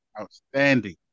outstanding